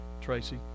Tracy